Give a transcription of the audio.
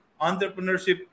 entrepreneurship